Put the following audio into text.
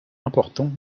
important